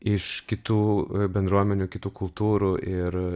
iš kitų bendruomenių kitų kultūrų ir